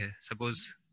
Suppose